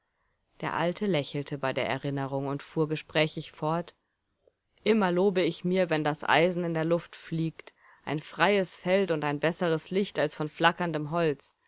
der alte lächelte bei der erinnerung und fuhr gesprächig fort immer lobe ich mir wenn das eisen in der luft fliegt ein freies feld und ein besseres licht als von flackerndem holz